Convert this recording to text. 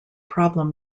problem